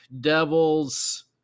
Devils